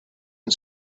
and